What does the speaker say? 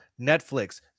Netflix